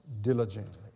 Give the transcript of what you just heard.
diligently